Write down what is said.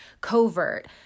covert